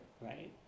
right